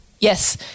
Yes